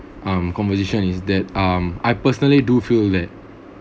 um conversation is that um I personally do feel that